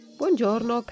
buongiorno